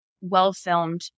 well-filmed